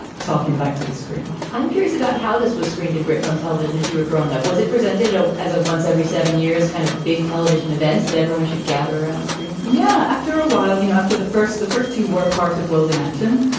talking back to the screen i'm curious about how this was screened in britain on television as you were growing up, was it presented ah as a once every seven years kind of big television event that everyone should gather around the screen? yeah, after a while, you know, after the first the first two were part of worldin action,